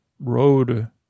Road